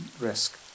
risk